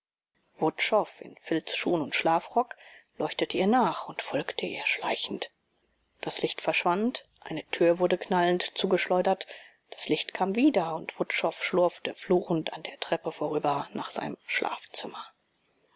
wutschow in filzschuhen und schlafrock leuchtete ihr nach und folgte ihr schleichend das licht verschwand eine tür wurde knallend zugeschleudert das licht kam wieder und wutschow schlurfte fluchend an der treppe vorüber nach seinem schlafzimmer